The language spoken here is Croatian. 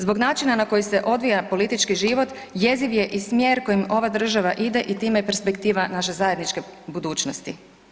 Zbog načina na koji se odvija politički život jeziv je i smjer kojim ova država ide i time i perspektiva naše zajedničke budućnosti.